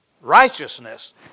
righteousness